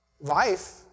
life